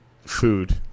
food